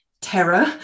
terror